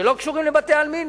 שלא קשורים לבתי-עלמין?